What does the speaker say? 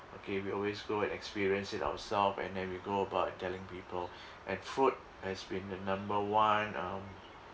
okay we always go and experience it ourselves and then we go about and telling people and food has been the number one um